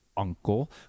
uncle